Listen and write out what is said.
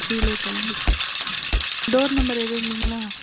Seelaipalli door number எதுவும் இல்லீங்களா